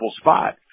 spot